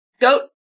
goat